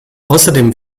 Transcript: außerdem